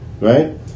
right